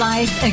Life